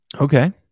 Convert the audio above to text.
Okay